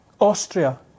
Austria